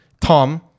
Tom